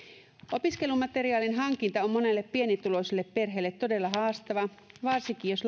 opiskelumateriaalin hankinta on monelle pienituloiselle perheelle todella haastavaa varsinkin jos